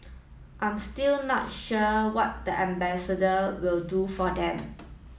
I'm still not sure what the ambassador will do for them